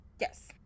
Yes